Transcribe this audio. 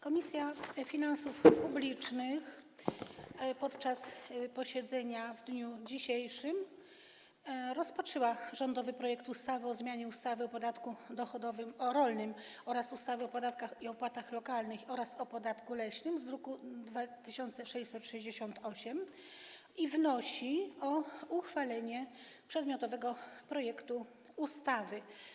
Komisja Finansów Publicznych podczas posiedzenia w dniu dzisiejszym rozpatrzyła rządowy projekt ustawy o zmianie ustawy o podatku rolnym, ustawy o podatkach i opłatach lokalnych oraz ustawy o podatku leśnym z druku nr 2668 i wnosi o uchwalenie przedmiotowego projektu ustawy.